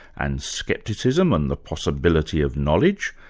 and scepticism and the possibility of knowledge.